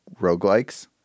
roguelikes